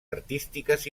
artístiques